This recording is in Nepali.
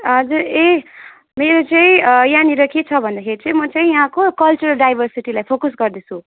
हजुर ए मेरो चाहिँ यहाँनिर के छ भन्दखेरि चाहिँ म चाहिँ यहाँको कल्चरल डाइभर्सिटीलाई फोकस गर्दैछु